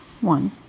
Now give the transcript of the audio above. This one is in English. one